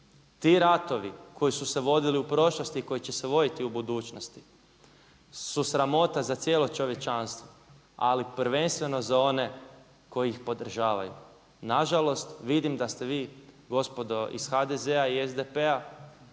Ti ratovi koji su se vodili u prošlosti i koji će se voditi u budućnosti su sramota za cijelo čovječanstvo, ali prvenstveno za one koji ih podržavaju. Na žalost vidim da ste vi gospodo iz HDZ-a i SDP-a